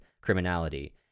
criminality